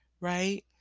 right